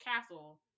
castle